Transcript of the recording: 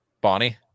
Bonnie